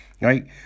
right